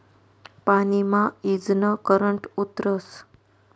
पानी मा ईजनं करंट उतरस